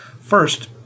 First